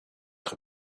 être